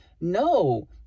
No